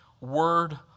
word